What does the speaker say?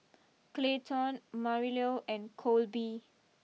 Clayton Marilou and Kolby